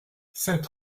sept